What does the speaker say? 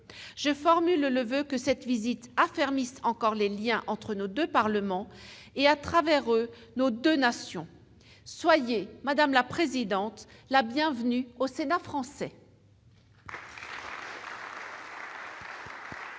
Je formule le voeu que cette visite affermisse encore les liens entre nos deux parlements et, à travers eux, nos deux nations. Soyez, madame la présidente, la bienvenue au Sénat français